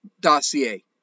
dossier